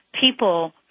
people